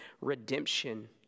redemption